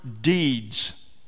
deeds